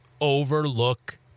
overlook